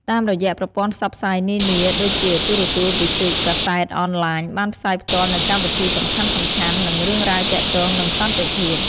តាមរយៈប្រព័ន្ធផ្សព្វផ្សាយនានាដូចជា ទូរទស្សន៍ វិទ្យុ កាសែត អនឡាញ បានផ្សាយផ្ទាល់នូវកម្មវិធីសំខាន់ៗ និងរឿងរ៉ាវទាក់ទងនឹងសន្តិភាព។